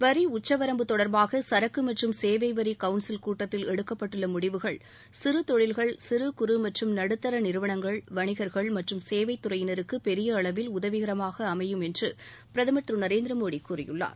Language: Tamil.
வரி உச்சவரம்பு தொடர்பாக சரக்கு மற்றும் சேவை வரி கவுன்சில் கூட்டத்தில் எடுக்கப்பட்டுள்ள முடிவுகள் சிறு தொழில்கள் சிறு குறு மற்றும் நடுத்தர நிறுவனங்கள் வளிகர்கள் மற்றும் சேவைத்தறையினருக்கு பெரிய அளவில் உதவிகரமாக அமையும் என்று பிரதமர் திரு நரேந்திர மோடி கூறியுள்ளார்